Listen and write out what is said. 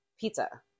pizza